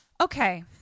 Okay